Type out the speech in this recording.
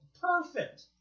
Perfect